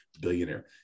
billionaire